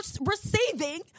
receiving